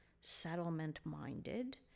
settlement-minded